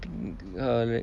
uh wait